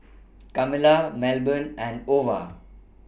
Camila Melbourne and Ova